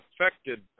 affected